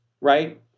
right